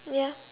yeah